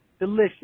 delicious